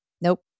Nope